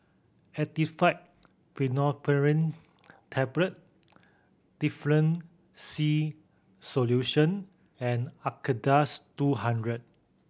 Actifed Pseudoephedrine Tablet Difflam C Solution and Acardust two hundred